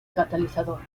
catalizador